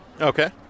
Okay